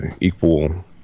equal